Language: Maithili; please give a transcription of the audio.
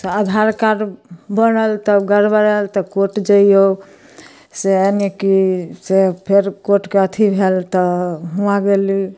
से आधार कार्ड बनल तब गड़बड़ाएल तऽ कोर्ट जाइऔ सएह ने कि सएह फेर कोर्टके अथी भेल तऽ हुआँ गेली